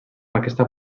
aquesta